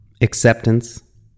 acceptance